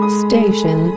station